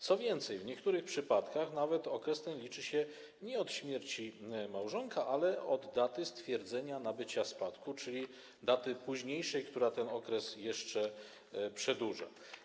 Co więcej, w niektórych przypadkach okres ten liczy się nawet nie od śmierci małżonka, ale od daty stwierdzenia nabycia spadku, czyli daty późniejszej, co ten okres jeszcze przedłuża.